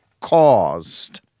caused